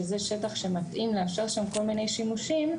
שזה שטח שמתאים לאפשר שם כל מיני שימושים,